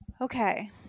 Okay